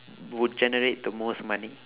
would generate the most money